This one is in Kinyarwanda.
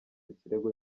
ikirego